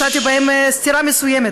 מצאתי בהם סתירה מסוימת.